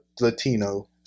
Latino